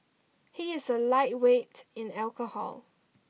he is a lightweight in alcohol